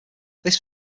this